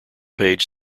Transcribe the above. page